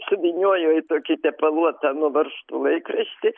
suvyniojo į tokį tepaluotą nuo varžtų laikraštį